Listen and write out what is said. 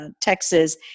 Texas